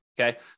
Okay